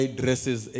dresses